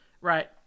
right